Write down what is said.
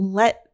let